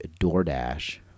DoorDash